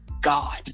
god